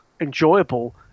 enjoyable